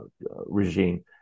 regime